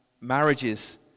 marriages